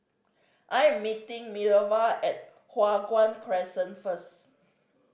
I am meeting Minerva at Hua Guan Crescent first